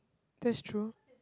that's true